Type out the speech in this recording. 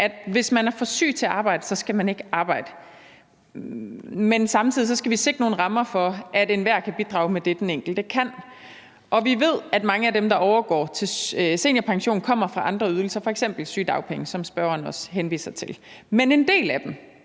at hvis man er for syg til at arbejde, skal man ikke arbejde, men samtidig skal vi sætte nogle rammer for, at enhver kan bidrage med det, den enkelte kan. Og vi ved, at mange af dem, der overgår til seniorpension, kommer fra andre ydelser, f.eks. sygedagpenge, som spørgeren også henviser til, men en del af dem,